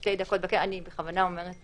לשתי דקות בכלא אני בכוונה אומרת